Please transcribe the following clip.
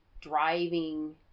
driving